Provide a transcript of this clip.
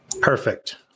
Perfect